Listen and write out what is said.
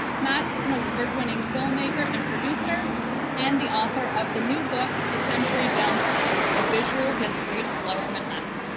matt is an award winning filmmaker and producer and the author of the new book a century downtown a visual history of lower manhattan.